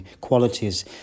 qualities